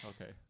Okay